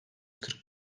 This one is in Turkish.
kırk